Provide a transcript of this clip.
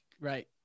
Right